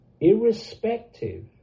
irrespective